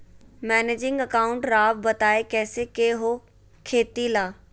Managing account राव बताएं कैसे के हो खेती ला?